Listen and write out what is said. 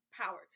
power